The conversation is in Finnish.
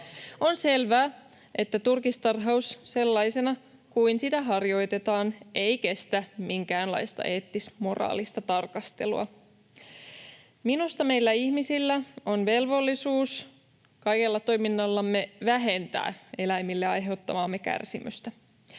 On selvää, että turkistarhaus, sellaisena kuin sitä harjoitetaan, ei kestä minkäänlaista eettis-moraalista tarkastelua. Minusta meillä ihmisillä on velvollisuus kaikella toiminnallamme vähentää eläimille aiheuttamaamme kärsimystä.